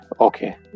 Okay